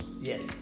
Yes